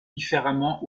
différemment